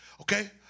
okay